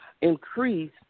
increase